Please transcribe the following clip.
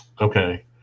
Okay